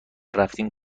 رفتیم